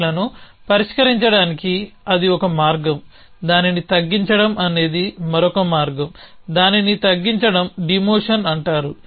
త్రెట్లను పరిష్కరించడానికి అది ఒక మార్గం దానిని తగ్గించడం అనేది మరొక మార్గం దానిని తగ్గించడం డిమోషన్ అంటారు